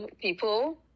people